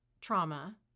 trauma